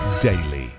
daily